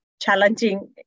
challenging